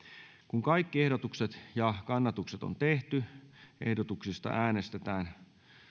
kun kaikki ehdotukset ja kannatukset on tehty ehdotuksista äänestetään